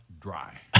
dry